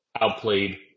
outplayed